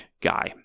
guy